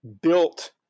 built